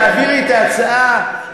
תעבירי את ההצעה,